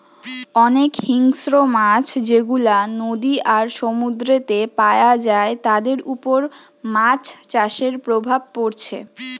অনেক হিংস্র মাছ যেগুলা নদী আর সমুদ্রেতে পায়া যায় তাদের উপর মাছ চাষের প্রভাব পড়ছে